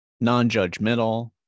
Non-judgmental